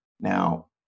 Now